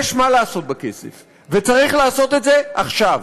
יש מה לעשות בכסף, וצריך לעשות את זה עכשיו.